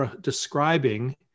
describing